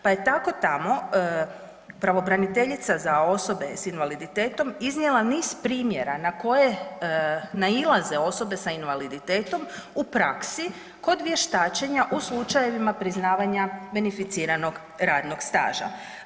Pa je tako tamo pravobraniteljica za osobe s invaliditetom iznijela niz primjera na koje nailaze osobe s invaliditetom u praksi kod vještačenja u slučajevima priznavanja beneficiranog radnog staža.